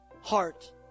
heart